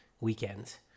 weekends